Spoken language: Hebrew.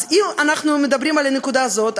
אז אם אנחנו מדברים על הנקודה הזאת,